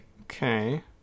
Okay